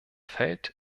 fällt